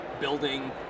building